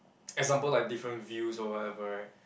example like different views or whatever right